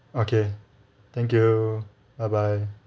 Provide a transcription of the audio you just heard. okay thank you bye bye